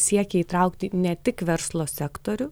siekia įtraukti ne tik verslo sektorių